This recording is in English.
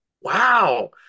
Wow